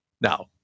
Now